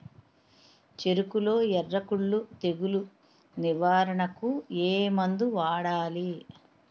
చెఱకులో ఎర్రకుళ్ళు తెగులు నివారణకు ఏ మందు వాడాలి?